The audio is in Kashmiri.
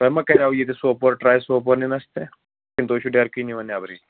تۄہہِ ما کَرو ییٚتہِ سوپور ٹرٛے سوپور نِنَس تہِ کِنہٕ تۄہہِ چھُ ڈیرہکٹٕے نِوان نٮ۪برٕے